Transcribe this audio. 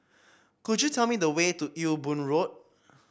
could you tell me the way to Ewe Boon Road